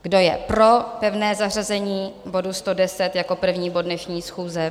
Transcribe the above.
Kdo je pro pevné zařazení bodu 110 jako první bod dnešní schůze?